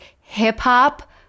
hip-hop